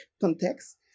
context